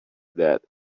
that